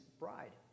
bride